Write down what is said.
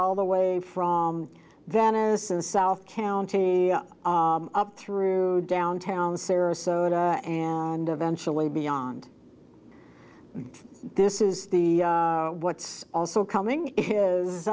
all the way from venice and south counting up through downtown sarasota and eventually beyond this is what's also coming